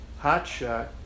hotshot